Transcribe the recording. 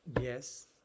yes